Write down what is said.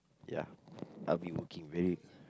ya I'll be working really